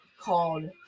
Called